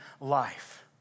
life